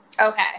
Okay